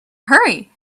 hurry